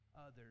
others